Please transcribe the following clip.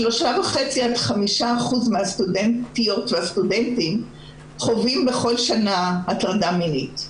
3.5% עד 5% מהסטודנטיות ומהסטודנטים חווים בכל שנה הטרדה מינית.